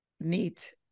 Neat